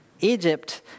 Egypt